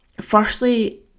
firstly